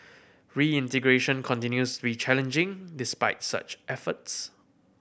reintegration continues be challenging despite such efforts